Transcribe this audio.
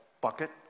bucket